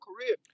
career